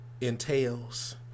entails